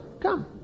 come